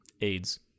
Aids